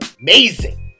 amazing